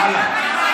הלאה.